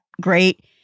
great